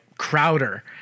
Crowder